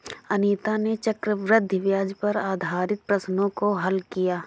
अनीता ने चक्रवृद्धि ब्याज पर आधारित प्रश्नों को हल किया